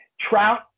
Trout